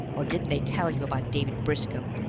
or didn't they tell you about david briscoe,